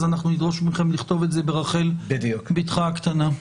אז אנחנו נדרוש מכם לכתוב את זה ברחל ביתך הקטנה.